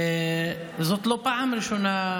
זאת לא פעם ראשונה,